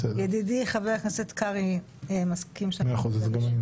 ידידי חבר הכנסת קרעי מסכים שאני אדבר ראשונה.